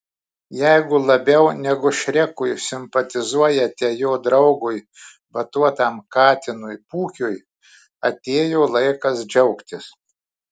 jeigu labiau negu šrekui simpatizuojate jo draugui batuotam katinui pūkiui atėjo laikas džiaugtis